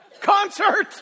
concert